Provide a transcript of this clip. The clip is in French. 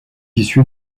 issue